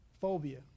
Phobia